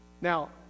Now